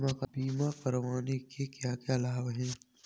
बीमा करवाने के क्या क्या लाभ हैं?